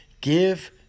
Give